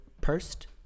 pursed